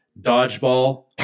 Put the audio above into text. Dodgeball